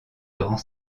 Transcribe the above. durant